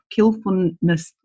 killfulness